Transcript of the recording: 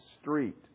street